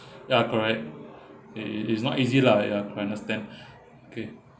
ya correct it it it's not easy lah ya I understand okay